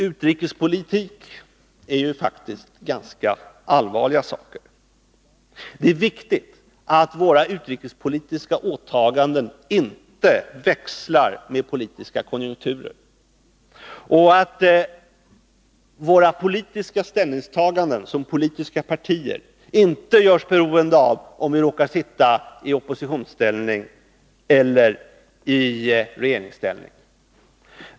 Utrikespolitik är faktiskt en allvarlig sak. Det är viktigt att våra utrikespolitiska åtaganden inte växlar med politiska konjunkturer och att våra politiska ställningstaganden — i vår egenskap av politiska partier — inte görs beroende av om vi råkar sitta i oppositionsställning eller i regeringsställning.